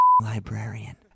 librarian